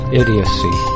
idiocy